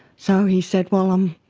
so he said, well, um